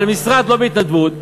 אבל המשרד לא בהתנדבות,